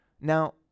Now